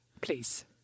Please